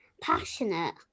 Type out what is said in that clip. passionate